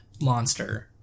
monster